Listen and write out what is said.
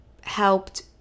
helped